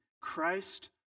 Christ